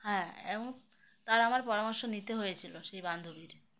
হ্যাঁ এবং তার আমার পরামর্শ নিতে হয়েছিল সেই বান্ধবীর